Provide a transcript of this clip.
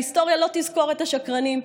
ההיסטוריה לא תזכור את השקרנים.